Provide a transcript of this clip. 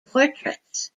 portraits